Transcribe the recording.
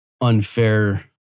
unfair